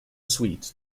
sweet